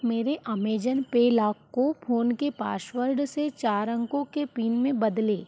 मेरे Amazon Pay lock को phone के पासवर्ड से चार अंकों के पिन में बदलें